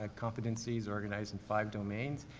ah competencies organized in five domains.